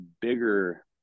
bigger